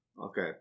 Okay